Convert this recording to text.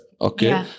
Okay